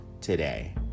today